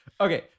Okay